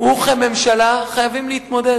וכממשלה חייבים להתמודד